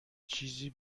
چیزی